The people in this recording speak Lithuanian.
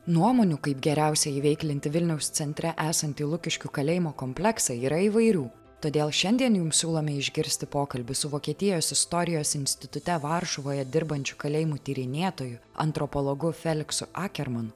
nuomonių kaip geriausia įveiklinti vilniaus centre esantį lukiškių kalėjimo kompleksą yra įvairių todėl šiandien jums siūlome išgirsti pokalbį su vokietijos istorijos institute varšuvoje dirbančiu kalėjimų tyrinėtoju antropologu feliksu akermanu